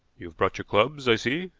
you've brought your clubs, i see.